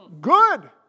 Good